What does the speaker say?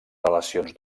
relacions